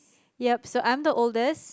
yup so I'm the oldest